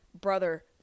brother